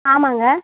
ஆமாம்ங்க